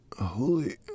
Holy